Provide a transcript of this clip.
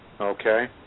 Okay